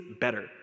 better